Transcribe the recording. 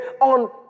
on